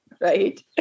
right